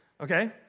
okay